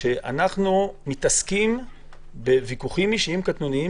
כשאנחנו מתעסקים בוויכוחים אישיים קטנוניים